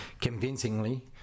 convincingly